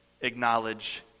acknowledge